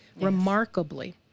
remarkably